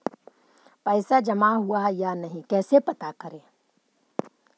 पैसा जमा हुआ या नही कैसे पता करे?